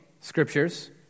scriptures